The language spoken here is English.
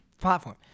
platform